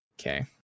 Okay